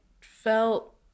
felt